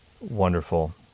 wonderful